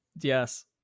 Yes